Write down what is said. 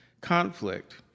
conflict